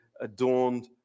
adorned